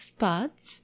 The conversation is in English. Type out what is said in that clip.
Spots